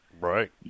Right